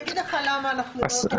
אני אגיד לך למה אנחנו לא יכולים להרחיב.